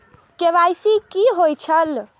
KYC कि होई छल?